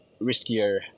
riskier